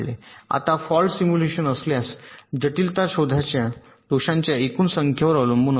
आता fault simulation असल्यास जटिलता दोषांच्या एकूण संख्येवर अवलंबून असते